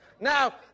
Now